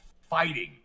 fighting